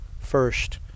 first